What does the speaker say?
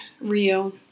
Rio